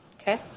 Okay